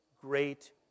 great